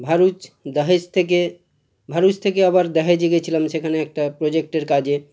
ভারুচ দাহেজ থেকে ভারুচ থেকে আবার দাহেজে গেছিলাম সেখানে একটা প্রোজেক্টের কাজে